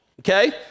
okay